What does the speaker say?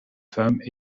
femmes